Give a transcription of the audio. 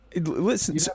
listen